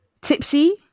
tipsy